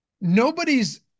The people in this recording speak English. nobody's